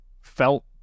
felt